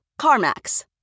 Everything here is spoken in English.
CarMax